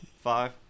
Five